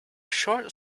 short